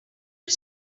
was